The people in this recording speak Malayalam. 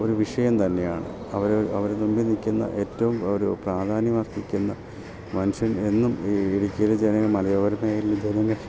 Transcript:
ഒരു വിഷയം തന്നെയാണ് അവരെ അവർ മുൻപിൽ നിൽക്കുന്ന ഏറ്റോം ഒരു പ്രാധാന്യം അർഹിക്കുന്ന മനുഷ്യൻ എന്നും ഈ ഇടുക്കിയിലെ ജനങ്ങൾ മലയോര മേഘലയിലെ ജനങ്ങൾ